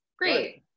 Great